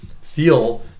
feel